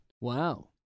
Wow